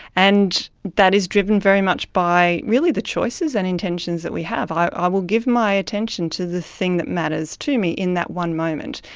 and that is driven very much by really the choices and intentions that we have. i will give my attention to the thing that matters to me in that one moment.